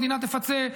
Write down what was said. המדינה תפצה,